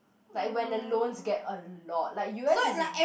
like when the loans get a lot like U_S is in